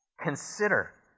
consider